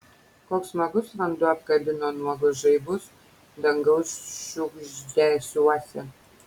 koks smagus vanduo apkabino nuogus žaibus dangaus šiugždesiuose